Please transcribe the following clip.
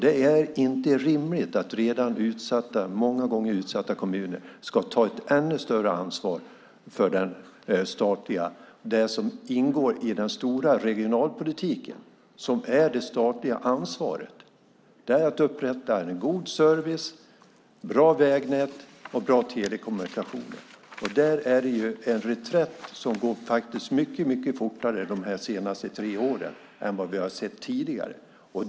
Det är inte rimligt att många gånger redan utsatta kommuner ska ta ett ännu större ansvar för det som ingår i den stora regionalpolitiken och som är det statliga ansvaret. Det är att upprätta en god service, bra vägnät och bra telekommunikationer, och där är det en reträtt som har gått mycket fortare de senaste tre åren än vad vi har sett tidigare.